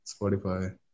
Spotify